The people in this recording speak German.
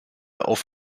auf